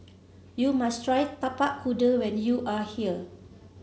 you must try Tapak Kuda when you are here